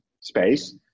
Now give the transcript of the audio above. space